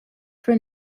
for